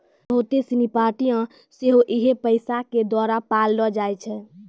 बहुते सिनी पार्टियां सेहो इहे पैसा के द्वारा पाललो जाय छै